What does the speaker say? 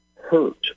hurt